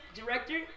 director